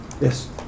Yes